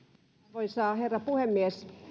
arvoisa herra puhemies